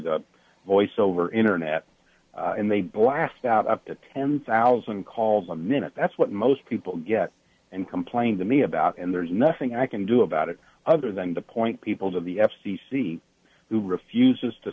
the voice over internet and they blast out up to ten thousand calls a minute that's what most people get and complained to me about and there's nothing i can do about it other than to point people to the f c c who refuses to